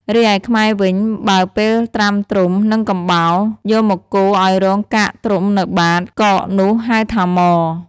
រីឯខ្មែរវិញ បើពេលត្រាំត្រុំ និងកំបោរ យកមកកូរឱ្យរងកាកត្រុំនៅបាត កកនោះហៅថា ម៉។